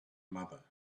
mother